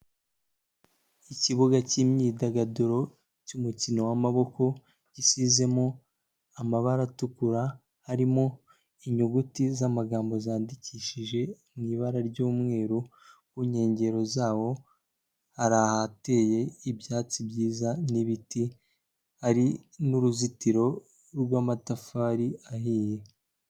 Ikibuga cy'imyidagaduro cy'umukino w'amaboko, gisizemo amabara atukura, harimo inyuguti z'amagambo zandikishije mu ibara ry'umweru, ku nkengero zawo hari ahateye ibyatsi byiza n'ibiti, hari n'uruzitiro rw'amatafari ahiye.